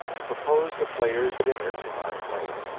to propose the players' dinner to mark twain,